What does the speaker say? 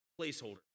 placeholder